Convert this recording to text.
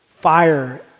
fire